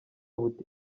buti